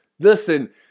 Listen